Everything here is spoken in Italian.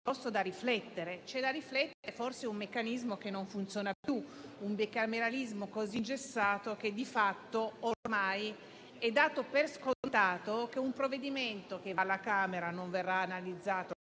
C'è da riflettere forse su un meccanismo che non funziona più, su un bicameralismo così ingessato che, di fatto, ormai è dato per scontato che un provvedimento che viene assegnato